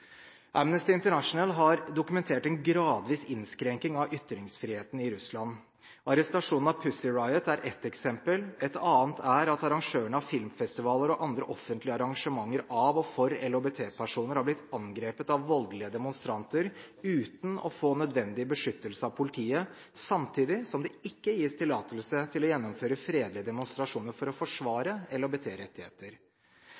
Amnesty International har dokumentert en gradvis innskrenking av ytringsfriheten i Russland. Arrestasjonen av Pussy Riot er ett eksempel. Et annet er at arrangører av filmfestivaler og andre offentlige arrangementer av og for LHBT-personer har blitt angrepet av voldelige demonstranter uten å få nødvendig beskyttelse av politiet, samtidig som det ikke gis tillatelse til å gjennomføre fredelige demonstrasjoner for å